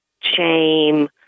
shame